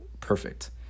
perfect